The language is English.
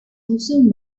also